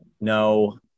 No